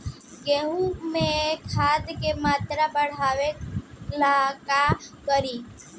गेहूं में खाद के मात्रा बढ़ावेला का करी?